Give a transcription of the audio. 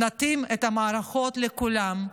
נתאים את המערכות לכולם,